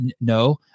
No